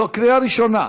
זאת קריאה ראשונה.